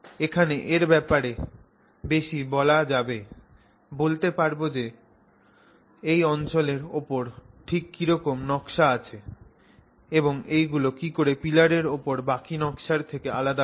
এখানে এর ব্যাপারে অনেক বেশি বলা যাবে বলতে পারবো যে এই অঞ্চলের ওপরে ঠিক কিরকম নকশা আছে এবং এই গুলো কিকরে পিলারের ওপর বাকি নকশার থেকে আলদা হয়